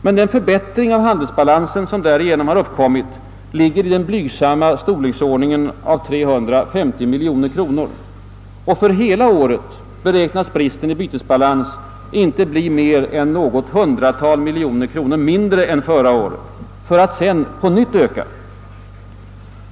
Men den förbättring av handelsbalansen som därigenom uppkommit har den blygsamma storleksordningen 350 miljoner kronor. Och för hela året beräknas bristen i bytesbalansen inte bli mer än något hundratal miljoner kronor mindre än förra året, för att sedan öka på nytt.